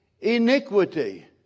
iniquity